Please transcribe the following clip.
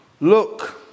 look